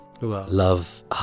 Love